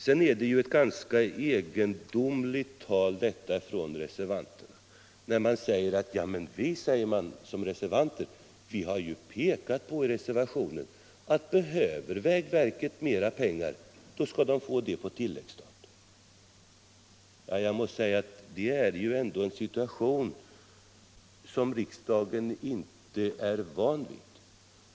Sedan är det ju ett ganska egendomligt tal av reservanterna, när de säger att de i reservationen ju har pekat på att behöver vägverket mera pengar skall man få det på tilläggsstat. Jag måste säga att detta är en situation som riksdagen inte är van vid.